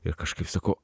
ir kažkaip sakau